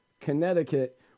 Connecticut